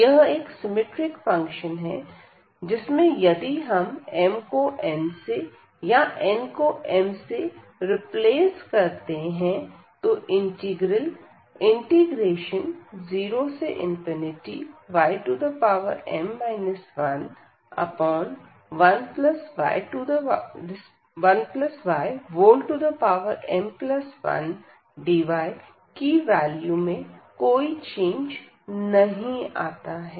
यह एक symmetric function है जिसमें यदि हम m को n से या n को m से रिप्लेस करते हैं तो इंटीग्रल 0ym 11ymndy की वैल्यू में कोई चेंज नहीं आता है